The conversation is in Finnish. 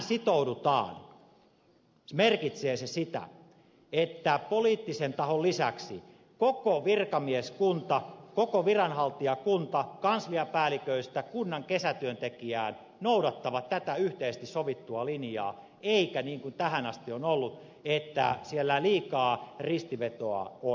kun tähän sitoudutaan merkitsee se sitä että poliittisen tahon lisäksi koko virkamieskunta koko viranhaltijakunta kansliapäälliköistä kunnan kesätyöntekijään noudattavat tätä yhteisesti sovittua linjaa eikä ole niin kuin tähän asti on ollut että siellä liikaa ristivetoa on